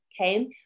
okay